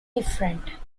different